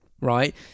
right